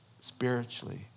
spiritually